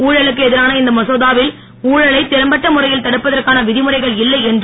ஊழலுக்கு எதிரான இந்த மசோதாவில் ஊழலை இறம்பட்ட முறையில் தடுப்பதற்கான விதிமுறைகள் இல்லை என்று